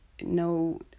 no